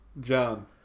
John